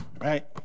right